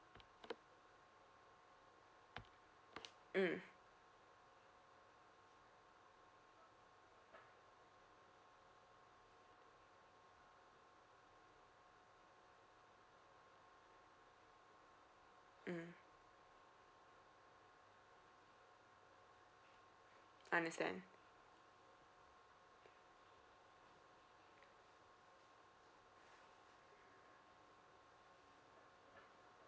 mm mm understand